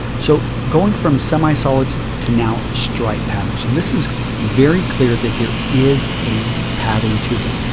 so, going from semi-solid to now stripe patterns. so this is very clear that there is a pattern to this.